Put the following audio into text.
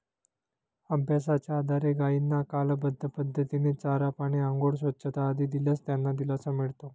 अभ्यासाच्या आधारे गायींना कालबद्ध पद्धतीने चारा, पाणी, आंघोळ, स्वच्छता आदी दिल्यास त्यांना दिलासा मिळतो